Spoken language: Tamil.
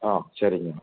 ஆ சரிங்க